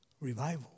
Revival